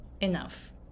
enough